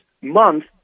month